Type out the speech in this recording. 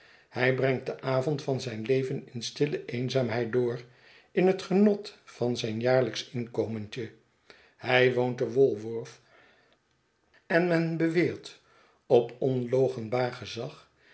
hij brengt den avond van zijn leven in stille eenzaamheid door in het genot van zijnjaarlijksch inkomentje hij woont te wolworth en men beweert op onloochenbaar gezag